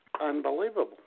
Unbelievable